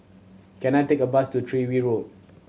can I take a bus to Tyrwhitt Road